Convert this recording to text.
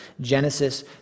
Genesis